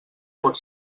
pot